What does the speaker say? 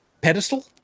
Pedestal